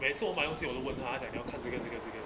没做 my own sale 我有问她她讲你要看这个这个